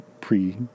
pre